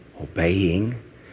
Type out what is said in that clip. obeying